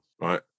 right